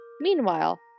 Meanwhile